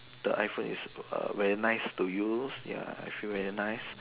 the iPhone is uh very nice to use ya I feel very nice